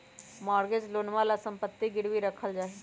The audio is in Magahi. मॉर्गेज लोनवा ला सम्पत्ति गिरवी रखल जाहई